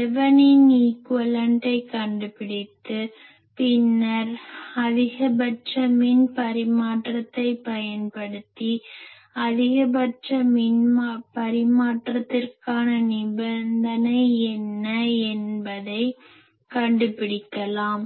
Thevenin ஈக்வேலன்டை கண்டுபிடித்து பின்னர் அதிகபட்ச மின் பரிமாற்றத்தைப் பயன்படுத்தி அதிகபட்ச மின் பரிமாற்றத்திற்கான நிபந்தனை என்ன என்பதை கண்டுபிடிக்கலாம்